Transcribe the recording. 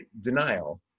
denial